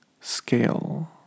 Scale